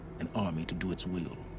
an army to do its will.